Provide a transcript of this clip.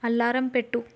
alarm పెట్టు